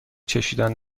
چشیدن